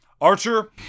Archer